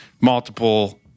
Multiple